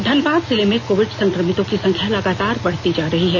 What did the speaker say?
धनबाद जिले में कोवीड संक्रमितो की संख्या लगातार बढ़ती जा रही है